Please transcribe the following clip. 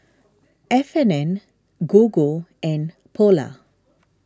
F and N Gogo and Polar